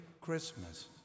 Christmas